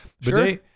Sure